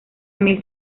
mil